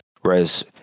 Whereas